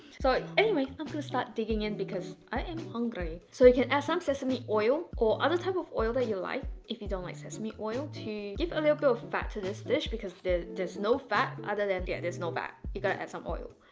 so anyway, i'm gonna start digging in because i'm hungry. so you can add some sesame oil, or other types of oil that you like if you don't like sesame oil to give a little bit of fat to this dish because there's no fat other than yeah there's no fat. you gotta add some oil.